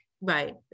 Right